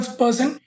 person